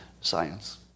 science